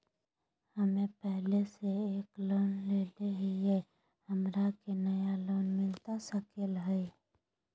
हमे पहले से एक लोन लेले हियई, हमरा के नया लोन मिलता सकले हई?